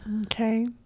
Okay